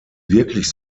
wirklich